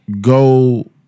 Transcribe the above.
go